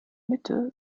mitte